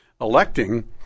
electing